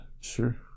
sure